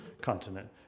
continent